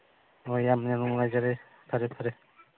ꯍꯣꯏ ꯌꯥꯝꯅ ꯅꯨꯡꯉꯥꯏꯖꯔꯦ ꯐꯔꯦ ꯐꯔꯦ